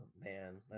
man